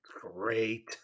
great